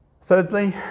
Thirdly